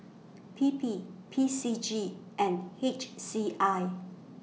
P P P C G and H C I